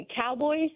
Cowboys